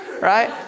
right